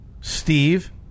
Steve